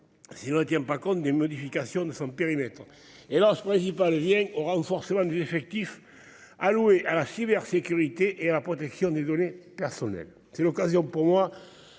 sont en hausse, nonobstant les modifications de son périmètre ; la hausse principale va au renforcement des effectifs alloués à la cybersécurité et à la protection des données personnelles. C'est l'occasion pour moi